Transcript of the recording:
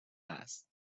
است